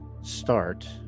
start